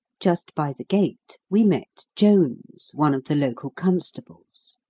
just by the gate we met jones, one of the local constables.